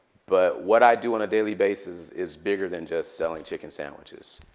but what i do on a daily basis is bigger than just selling chicken sandwiches.